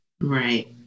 Right